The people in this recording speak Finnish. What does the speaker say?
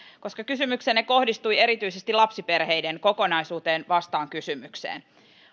koska kysymyksenne kohdistui erityisesti lapsiperheiden kokonaisuuteen vastaan kysymykseen